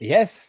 Yes